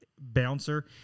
bouncer